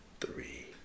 three